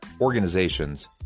organizations